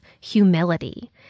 humility